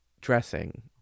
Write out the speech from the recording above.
dressing